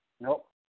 Nope